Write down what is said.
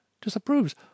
Disapproves